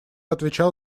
отвечал